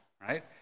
right